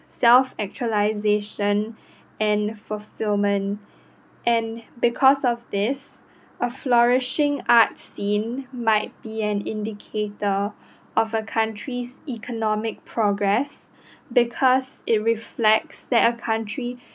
self actualisation and fulfillment and because of this a flourishing arts scene might be an indicator of a country's economic progress because it reflects that a country